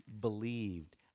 believed